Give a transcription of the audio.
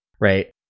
Right